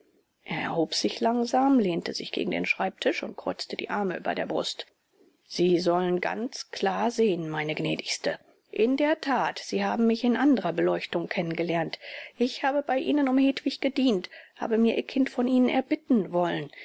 er erhob sich langsam lehnte sich gegen den schreibtisch und kreuzte die arme über der brust sie sollen ganz klar sehen meine gnädigste in der tat sie haben mich in anderer beleuchtung kennengelernt ich habe bei ihnen um hedwig gedient habe mir ihr kind von ihnen erbitten wollen